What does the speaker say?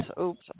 oops